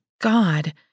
God